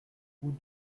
route